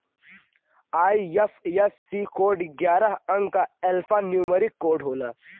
IFSC code ग्यारह अंक क एल्फान्यूमेरिक कोड होला